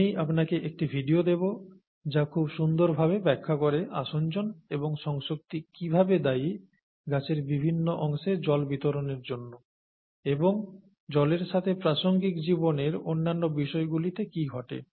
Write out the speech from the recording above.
আমি আপনাকে একটি ভিডিও দেব যা খুব সুন্দর ভাবে ব্যাখ্যা করে আসঞ্জন এবং সংসক্তি কিভাবে দায়ী গাছের বিভিন্ন অংশে জল বিতরনের জন্য এবং জলের সাথে প্রাসঙ্গিক জীবনের অন্যান্য বিষয়গুলিতে কি ঘটে